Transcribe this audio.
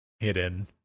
hidden